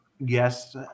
Yes